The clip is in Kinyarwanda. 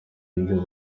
ibyo